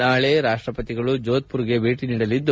ನಾಳೆ ರಾಷ್ಟಪತಿಗಳು ಜೋಧ್ಮರ್ಗೆ ಭೇಟಿ ನೀಡಲಿದ್ದಾರೆ